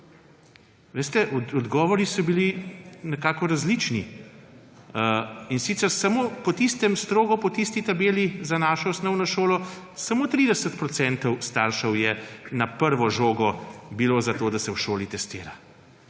odgovori so bili nekako različni, in sicer strogo po tisti tabeli za našo osnovno šolo je samo 30 % staršev na prvo žogo bilo za to, da se v šoli testira.